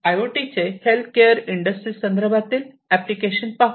I ओटीचे health care industry संदर्भातील applications पाहू